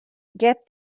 get